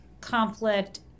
conflict